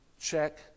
check